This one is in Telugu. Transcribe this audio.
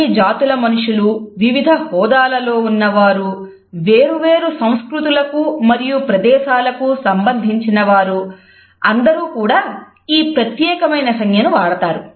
అన్ని జాతుల మనుషులు వివిధ హోదాలలో ఉన్నవారు వేరు వేరు సంస్కృతులకు మరియు ప్రదేశాలకూ సంబంధించిన వారు అందరూ కూడా ఈ ప్రత్యేకమైన సంజ్ఞను వాడతారు